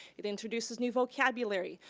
it introduces new vocabulary.